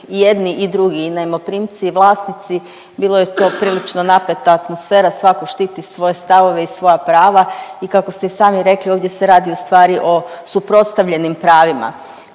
i jedni i drugi i najmoprimci i vlasnici. Bilo je to prilično napeta atmosfera, svako štiti svoje stavove i svoja prava i kako ste i sami rekli ovdje se radi u stvari o suprotstavljenim pravima.